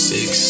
Six